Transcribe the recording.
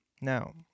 Now